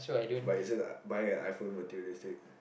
but isn't buying an iPhone materialistic